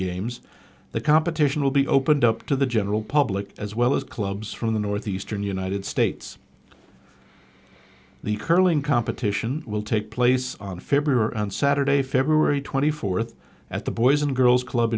games the competition will be opened up to the general public as well as clubs from the northeastern united states the curling competition will take place on february and saturday february twenty fourth at the boys and girls club